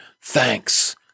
thanks